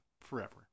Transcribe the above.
forever